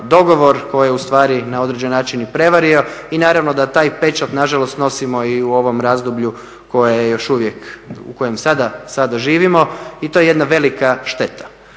dogovor, tko je ustvari na određeni način i prevario i naravno da taj pečat nažalost nosimo i u ovom razdoblju koje je još uvijek, u kojem sada živimo i to je jedna velika šteta.